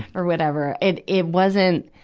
or whatever, it, it wasn't,